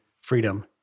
freedom